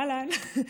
אהלן,